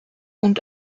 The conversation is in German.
und